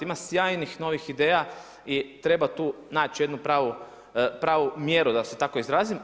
Ima sjajnih novih ideja i treba tu naći jednu pravu mjeru da se tako izrazim.